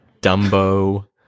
Dumbo